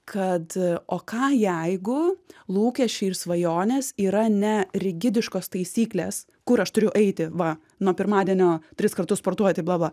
kad o ką jeigu lūkesčiai ir svajonės yra ne rigidiškos taisyklės kur aš turiu eiti va nuo pirmadienio tris kartus sportuoti bla bla